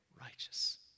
righteous